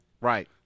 Right